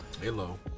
hello